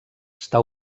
està